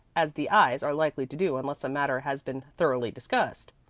as the ayes are likely to do unless a matter has been thoroughly discussed.